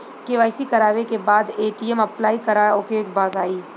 KYC करावे के बा ए.टी.एम अप्लाई करा ओके बताई?